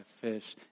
fish